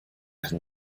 can